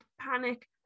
panic